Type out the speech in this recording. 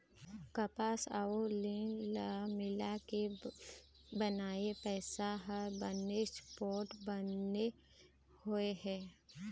कपसा अउ लिनन ल मिलाके बनाए पइसा ह बनेच पोठ बने हुए हे